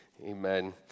Amen